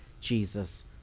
Jesus